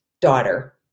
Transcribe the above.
daughter